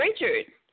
Richard